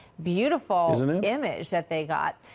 beautiful image that they got.